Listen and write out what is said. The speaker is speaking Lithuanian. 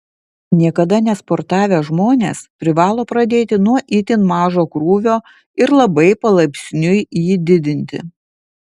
niekada nesportavę žmonės privalo pradėti nuo itin mažo krūvio ir labai palaipsniui jį didinti